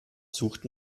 sucht